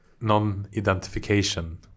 non-identification